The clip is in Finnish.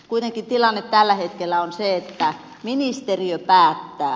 kuitenkin tilanne tällä hetkellä on se että ministeriö päättää